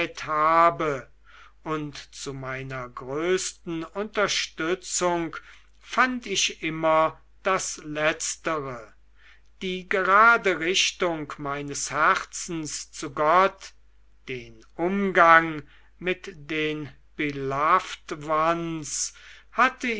habe und zu meiner größten unterstützung fand ich immer das letztere die gerade richtung meines herzens zu gott den umgang mit den beloved ones hatte